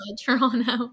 Toronto